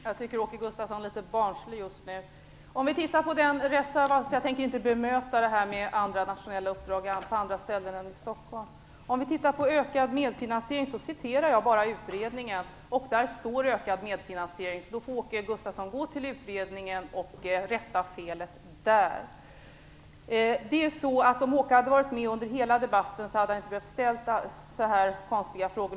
Herr talman! Jag tycker att Åke Gustavsson är litet barnslig nu. Jag tänker inte bemöta det som han sade om andra nationella uppdrag på andra ställen än i När det gäller ökad medfinansiering, citerade jag bara utredningen, och där står det ökad medfinansiering. Åke Gustavsson får därför gå till utredningen och rätta felet där. Om Åke Gustavsson hade varit med under hela debatten hade han inte behövt ställa så konstiga frågor.